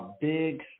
big